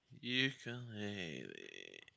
Ukulele